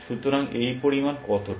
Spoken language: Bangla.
সুতরাং এই পরিমাণ কতটা